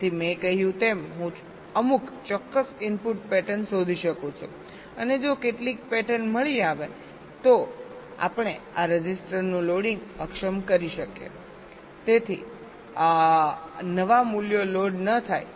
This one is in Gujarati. તેથી મેં કહ્યું તેમ હું અમુક ચોક્કસ ઇનપુટ પેટર્ન શોધી શકું છું અને જો કેટલીક પેટર્ન મળી આવે તો આપણે આ રજિસ્ટરનું લોડિંગ અક્ષમ કરી શકીએ છીએ જેથી નવા મૂલ્યો લોડ ન થાય